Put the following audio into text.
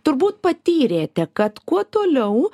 turbūt patyrėte kad kuo toliau